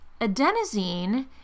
adenosine